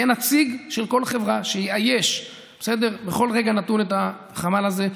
יהיה נציג של כל חברה שיאייש בכל רגע נתון את החמ"ל הזה.